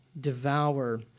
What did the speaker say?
devour